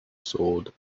sword